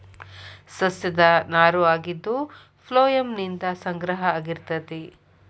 ಸಸ್ಯದ ನಾರು ಆಗಿದ್ದು ಪ್ಲೋಯಮ್ ನಿಂದ ಸಂಗ್ರಹ ಆಗಿರತತಿ